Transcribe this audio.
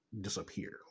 disappear